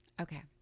Okay